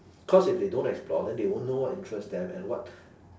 cause if they don't explore then they won't know what interests them and what